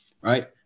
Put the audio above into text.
right